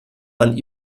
man